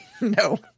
No